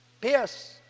Pierce